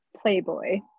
playboy